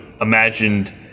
imagined